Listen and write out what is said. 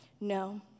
No